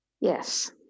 yes